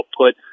output